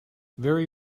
very